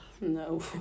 No